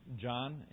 John